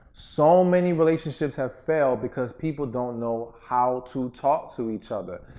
so many relationships have failed because people don't know how to talk to each other.